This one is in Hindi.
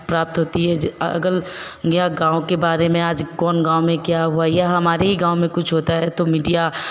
प्राप्त होती है ज अलग ज्ञ गाँव के बारे में आज कौन गाँव क्या हुआ या हमारे ही गाँव में कुछ होता है तो मीडिया